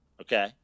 Okay